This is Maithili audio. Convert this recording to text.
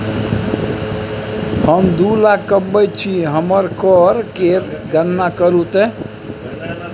हम दू लाख कमाबैत छी हमर कर केर गणना करू ते